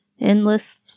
Endless